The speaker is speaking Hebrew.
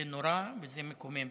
זה נורא וזה מקומם.